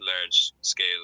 large-scale